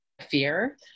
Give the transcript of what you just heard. fear